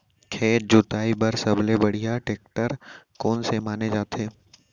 खेत जोताई बर सबले बढ़िया टेकटर कोन से माने जाथे?